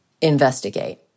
investigate